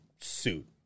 suit